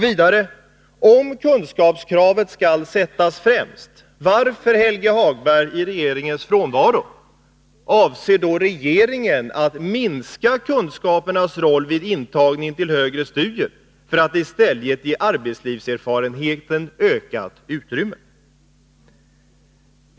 Vidare: Om kunskapskravet skall sättas främst — varför, Helge Hagberg i regeringens frånvaro, avser då regeringen att minska kunskapernas roll vid intagningen till högre studier för att i stället ge arbetslivserfarenheten ökat utrymme?